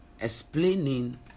explaining